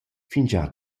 fingià